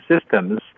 systems